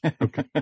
Okay